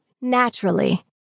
Naturally